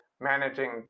managing